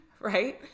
right